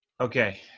Okay